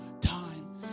time